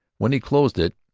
when he closed it,